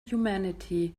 humanity